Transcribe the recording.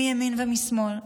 מימין ומשמאל,